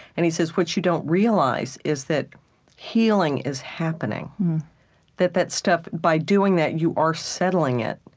and, he says, what you don't realize is that healing is happening that that stuff by doing that, you are settling it,